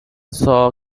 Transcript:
saw